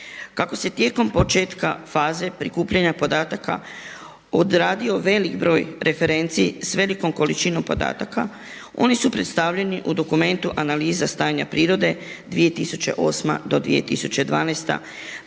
Kako se tijekom početka faze prikupljanja podataka odradio velik broj referenci s velikom količinom podataka oni su predstavljeni u dokumentu Analiza stanja prirode 2008. do 2012.